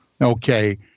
okay